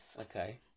Okay